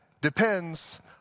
depends